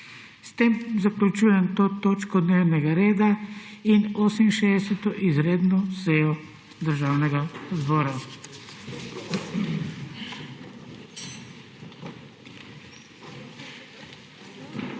S tem zaključujem to točko dnevnega reda in 68. izredno sejo Državnega zbora.